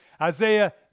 Isaiah